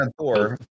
Thor